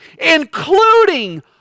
including